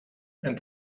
and